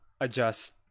adjust